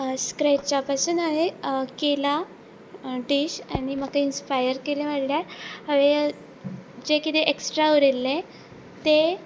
स्क्रेचा पासून हांवें केला डीश आनी म्हाका इन्स्पायर केलें म्हणल्यार हांवें जें किदें एक्स्ट्रा उरयल्लें तें